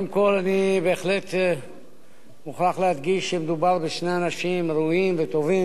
אני בהחלט מוכרח להדגיש שמדובר בשני אנשים ראויים וטובים,